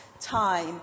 time